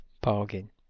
Bargain